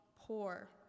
poor